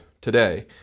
today